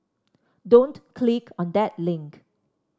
don't click on that link